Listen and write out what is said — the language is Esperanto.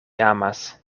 amas